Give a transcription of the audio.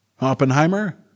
Oppenheimer